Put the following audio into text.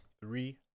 Three